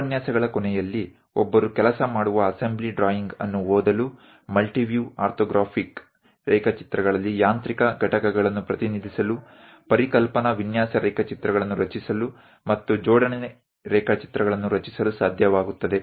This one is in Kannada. ಉಪನ್ಯಾಸಗಳ ಕೊನೆಯಲ್ಲಿ ಒಬ್ಬರು ಕೆಲಸ ಮಾಡುವ ಅಸೆಂಬ್ಲಿ ಡ್ರಾಯಿಂಗ್ ಅನ್ನು ಓದಲು ಮಲ್ಟಿವ್ಯೂ ಆರ್ಥೋಗ್ರಾಫಿಕ್ ರೇಖಾಚಿತ್ರಗಳಲ್ಲಿ ಯಾಂತ್ರಿಕ ಘಟಕಗಳನ್ನು ಪ್ರತಿನಿಧಿಸಲು ಪರಿಕಲ್ಪನಾ ವಿನ್ಯಾಸ ರೇಖಾಚಿತ್ರಗಳನ್ನು ರಚಿಸಲು ಮತ್ತು ಜೋಡಣೆ ರೇಖಾಚಿತ್ರಗಳನ್ನು ರಚಿಸಲು ಸಾಧ್ಯವಾಗುತ್ತದೆ